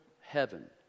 heaven